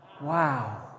Wow